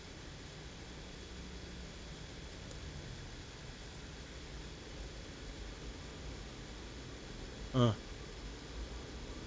ah